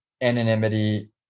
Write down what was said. anonymity